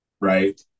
right